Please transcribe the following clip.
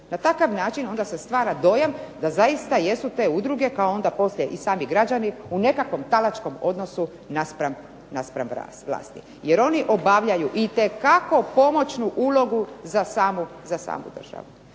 Na takav način se stvara dojam da zaista jesu te udruge, pao onda poslije sami građani u nekakvom talačkom odnosu naspram vlasti. Jer oni obavljaju itekako pomoćnu ulogu za samu državu.